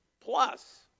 Plus